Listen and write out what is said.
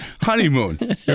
honeymoon